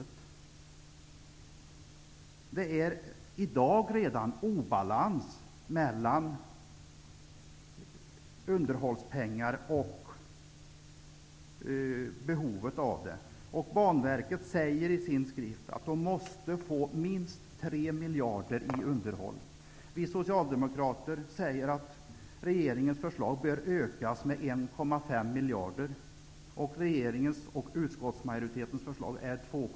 I dag råder det redan obalans mellan underhållspengar och behovet av dessa pengar. Banverket säger i sin skrift att man måste få minst 3 miljarder för underhållskostnader. Vi socialdemokrater säger att regeringens förslag bör ökas med 1,5 miljarder.